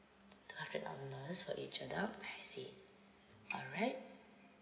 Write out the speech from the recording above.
two hundred thousand dollars for each adult I see alright